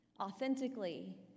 authentically